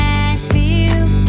Nashville